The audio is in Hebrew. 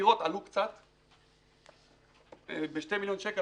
הדירות עלו קצת ב-2 מיליון שקלים.